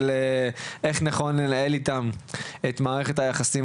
של איך נכון לנהל איתם את מערכת היחסים